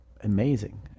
amazing